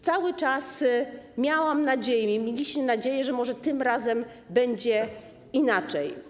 Cały czas miałam, mieliśmy nadzieję, że może tym razem będzie inaczej.